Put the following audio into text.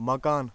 مَکان